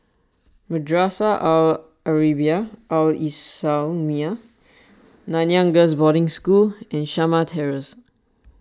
Madrasah Al Arabiah Al Islamiah Nanyang Girls' Boarding School and Shamah Terrace